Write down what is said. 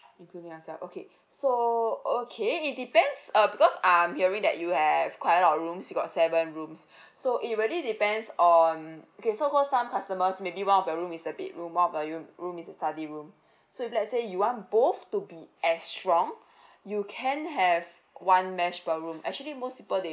including yourself okay so okay it depends uh because I'm hearing that you have quite a lot of rooms you got seven rooms so it really depends on okay so for some customers maybe one of the room is the bedroom one of the room room is a study room so if let's say you want both to be as strong you can have one mesh per room actually most people they